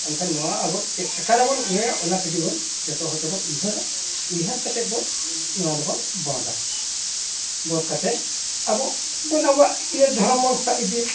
ᱮᱱᱠᱷᱟᱱ ᱱᱚᱣᱟ ᱟᱵᱚᱣᱟᱜ ᱪᱮᱫ ᱞᱮᱠᱟ ᱨᱮᱵᱚᱱ ᱤᱭᱟᱹᱭᱟ ᱚᱱᱟ ᱠᱟᱹᱴᱤᱡ ᱵᱚᱱ ᱡᱚᱛᱚ ᱦᱚᱲ ᱛᱮᱵᱚᱱ ᱩᱭᱦᱟᱹᱨᱟ ᱩᱭᱦᱟᱹᱨ ᱠᱟᱛᱮᱫ ᱵᱚᱱ ᱚᱱᱟ ᱫᱚᱵᱚᱱ ᱵᱚᱱᱫᱷᱼᱟ ᱵᱚᱱᱫᱷ ᱠᱟᱛᱮᱫ ᱟᱵᱚ ᱵᱚᱱ ᱤᱭᱟᱹ ᱫᱷᱚᱨᱚᱢ ᱵᱚᱱ ᱤᱫᱤᱭᱟ